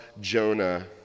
Jonah